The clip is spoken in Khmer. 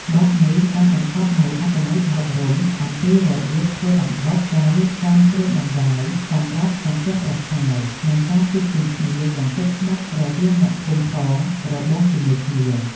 បទនេះបានបង្កប់នូវអត្ថន័យអប់រំអំពីរបៀបធ្វើអំបុក ការរៀបចំគ្រឿងដង្វាយសម្រាប់សំពះព្រះខែ និងការជួបជុំគ្នាយ៉ាងស្និទ្ធស្នាលរវាងអ្នកភូមិផងរបងជាមួយគ្នា។